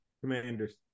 Commanders